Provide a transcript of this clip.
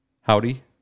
Howdy